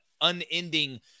unending